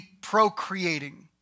Procreating